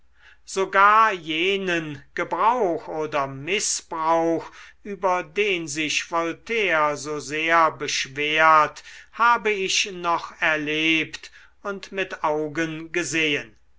sogar jenen gebrauch oder mißbrauch über den sich voltaire so sehr beschwert habe ich noch erlebt und mit augen gesehen